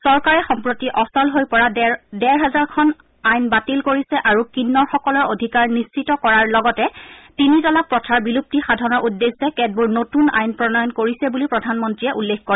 চৰকাৰে সম্প্ৰতি অচল হৈ পৰা ডেৰ হেজাৰখন আইন বাতিল কৰিছে আৰু কিন্নৰসকলৰ অধিকাৰ নিশ্চিত কৰাৰ লগতে তিনি তালাক প্ৰথাৰ বিলুপ্তি সাধনৰ উদ্দেশ্যে কেতবোৰ নতুন আইন প্ৰণয়ন কৰিছে বুলি প্ৰধানমন্ত্ৰীয়ে উল্লেখ কৰে